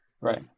Right